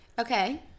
Okay